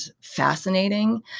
fascinating